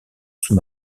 sous